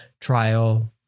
trial